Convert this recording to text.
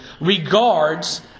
regards